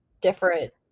different